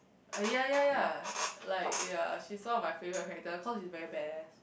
eh ya ya ya like ya she's one of my favourite character cause she very badass